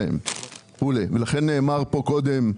לכן נאמר כאן קודם,